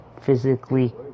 physically